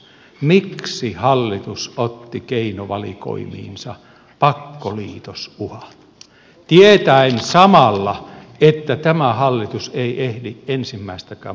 miksi hallitus otti keinovalikoimiinsa pakkoliitosuhan tietäen samalla että tämä hallitus ei ehdi ensimmäistäkään pakkoliitosta toteuttaa